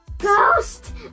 Ghost